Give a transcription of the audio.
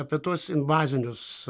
apie tuos invazinius